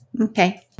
Okay